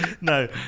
no